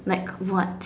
like what